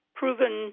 proven